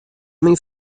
myn